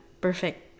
perfect